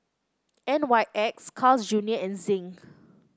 N Y X Carl's Junior and Zinc